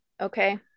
Okay